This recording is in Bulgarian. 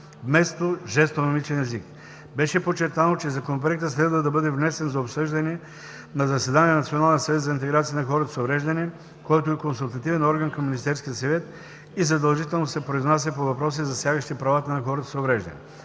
вместо „жестомимичен език“. Беше подчертано, че Законопроектът следва да бъде внесен за обсъждане на заседание на Националния съвет за интеграция на хората с увреждания, който е консултативен орган към Министерския съвет и задължително се произнася по въпроси, засягащи правата на хората с увреждания.